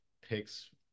picks